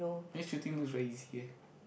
this shooting looks very easy eh